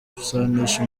gusanisha